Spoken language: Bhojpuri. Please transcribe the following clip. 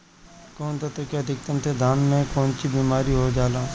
कौन तत्व के अधिकता से धान में कोनची बीमारी हो जाला?